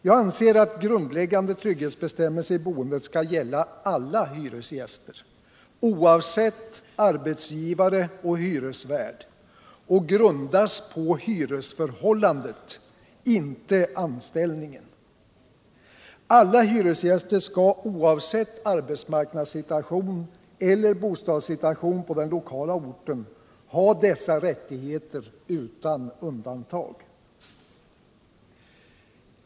Jag anser att grundläggande trygghetsbestämmelser i boendet skall gälla alla hyresgäster, oavsett arbetsgivare och hyresvärd, och grundas på hyresförhållandet, inte anställningen. Alla hyresgäster skall oavsett arbetsmarknadssituation eller bostadssituation på den lokala orten ha dessa rättigheter utan undantag.